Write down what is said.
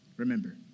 Remember